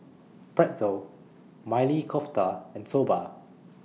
Pretzel Maili Kofta and Soba